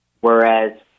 Whereas